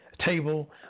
table